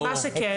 שכן,